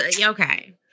okay